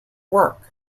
work